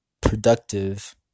productive